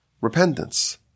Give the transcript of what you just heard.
Repentance